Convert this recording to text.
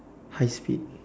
high speed